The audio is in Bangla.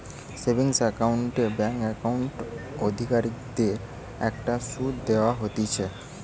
সেভিংস একাউন্ট এ ব্যাঙ্ক একাউন্ট অধিকারীদের কে একটা শুধ দেওয়া হতিছে